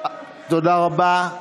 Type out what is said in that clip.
תודה רבה.